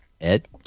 Ed